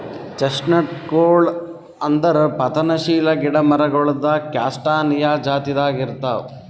ಚೆಸ್ಟ್ನಟ್ಗೊಳ್ ಅಂದುರ್ ಪತನಶೀಲ ಗಿಡ ಮರಗೊಳ್ದಾಗ್ ಕ್ಯಾಸ್ಟಾನಿಯಾ ಜಾತಿದಾಗ್ ಇರ್ತಾವ್